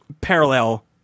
parallel